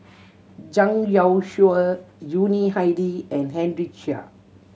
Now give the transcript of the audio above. Zhang Youshuo Yuni Hadi and Henry Chia